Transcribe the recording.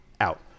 out